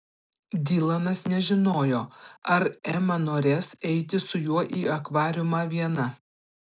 dilanas nežinojo ar ema norės eiti su juo į akvariumą viena